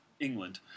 England